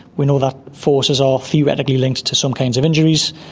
we know that forces are theoretically linked to some kinds of injuries,